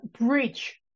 bridge